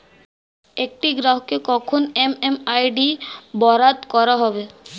একটি গ্রাহককে কখন এম.এম.আই.ডি বরাদ্দ করা হবে?